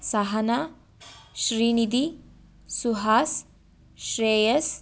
Sahana Srinidhi Suhas Shreyas